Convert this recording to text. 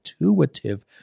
intuitive